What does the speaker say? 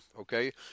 okay